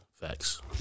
Facts